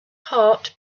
heart